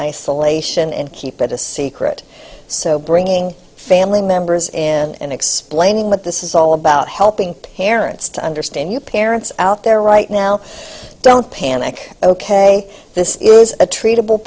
isolation and keep it a secret so bringing family members in and explaining what this is all about helping parents to understand you parents out there right now don't panic ok this is a treatable